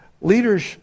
Leaders